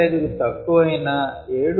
5 కు తక్కువైనా 7